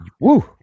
Woo